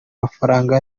mafaranga